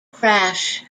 crash